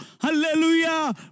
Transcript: hallelujah